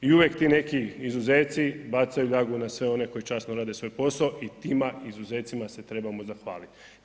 I uvijek ti neki izuzeci bacaju ljagu na sve one koji časno rade svoj posao i tima izuzecima se trebamo zahvaliti.